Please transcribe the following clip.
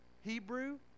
hebrew